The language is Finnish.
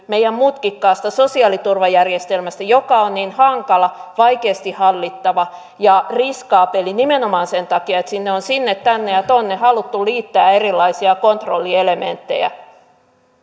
meidän mutkikkaasta sosiaaliturvajärjestelmästämme joka on niin hankala vaikeasti hallittava ja riskaabeli nimenomaan sen takia että sinne on sinne tänne ja tuonne haluttu liittää erilaisia kontrollielementtejä